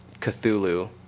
Cthulhu